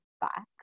back